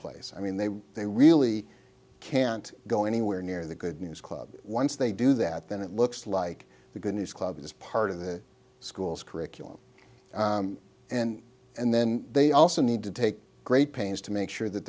place i mean they they really can't go anywhere near the good news club once they do that then it looks like the good news club is part of the school's curriculum and and then they also need to take great pains to make sure that